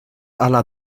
ala